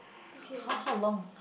okay